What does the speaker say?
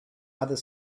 other